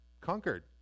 conquered